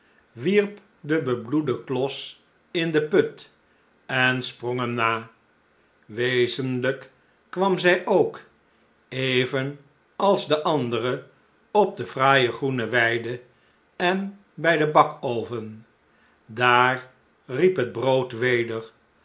wierp den bebloeden klos in den put en sprong hem na wezenlijk kwam zij ook even als de andere op de fraaije groene weide en bij den bakoven daar riep het brood